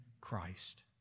Christ